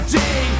day